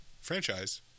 franchise